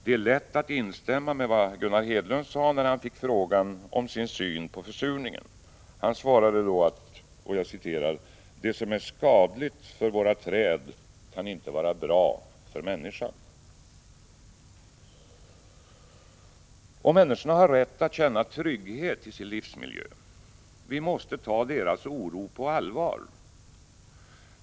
Det är lätt att instämma i vad Gunnar Hedlund sade när han fick frågan om sin syn på försurningen. Han svarade då: ”Det som är skadligt för våra träd kan inte vara bra för människan.” Människorna har rätt att känna trygghet i sin livsmiljö. Vi måste ta deras oro på allvar.